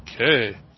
Okay